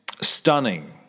stunning